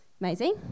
Amazing